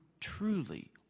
truly